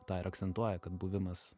tą ir akcentuoja kad buvimas